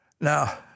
Now